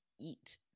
eat